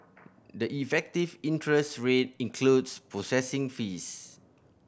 the effective interest rate includes processing fees